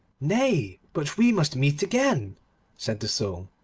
nay, but we must meet again said the soul.